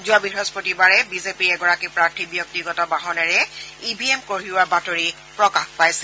যোৱা বৃহস্পতিবাৰে বিজেপিৰ এগৰাকী প্ৰাৰ্থীৰ ব্যক্তিগত বাহনেৰে ই ভি এম কঢ়িওৱাৰ বাতৰি প্ৰকাশ পাইছিল